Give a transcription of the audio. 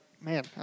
man